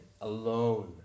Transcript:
alone